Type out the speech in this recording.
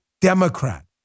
Democrat